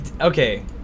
Okay